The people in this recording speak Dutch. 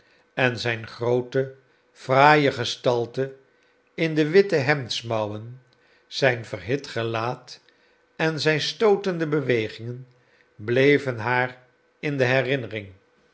en zijn groote fraaie gestalte in de witte hemdsmouwen zijn verhit gelaat en zijn stootende bewegingen bleven haar in de herinnering